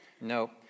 No